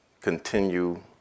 continue